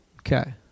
Okay